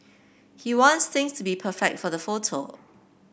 he wants things to be perfect for the photo